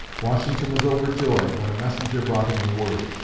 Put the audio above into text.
washington was overjoyed when a messenger brought him the word.